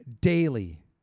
daily